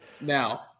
now